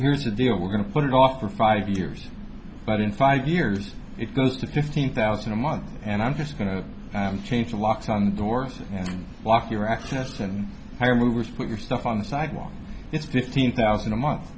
here's the deal we're going to put it off for five years but in five years it goes to fifteen thousand a month and i'm just going to i'm change the locks on the doors and walk your actionis and hire movers put your stuff on the sidewalk it's fifteen thousand a month